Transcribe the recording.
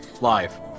live